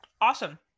Awesome